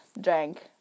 drank